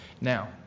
Now